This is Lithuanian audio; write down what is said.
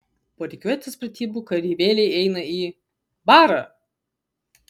po rikiuotės pratybų kareivėliai eina į barą